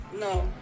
No